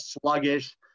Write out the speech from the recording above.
sluggish